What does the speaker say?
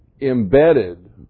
embedded